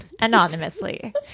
Anonymously